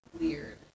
weird